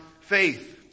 faith